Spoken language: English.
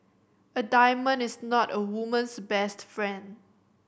a diamond is not a woman's best friend